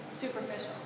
superficial